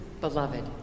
beloved